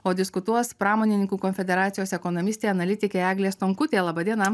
o diskutuos pramonininkų konfederacijos ekonomistė analitikė eglė stonkutė laba diena